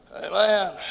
Amen